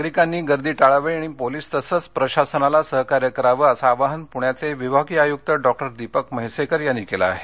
नागरिकांनी गर्दी टाळावी आणि पोलीस तसंच प्रशासनाला सहकार्य करावे असं आवाहन प्रण्याचे विभागीय आयुक्त डॉ दीपक म्हर्सिकेर यांनी केलं आहे